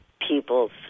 people's